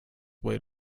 way